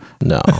No